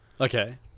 Okay